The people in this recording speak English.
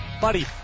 Buddy